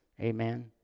Amen